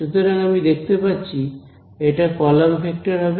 সুতরাং আমি দেখতে পাচ্ছি এটা কলাম ভেক্টর হবে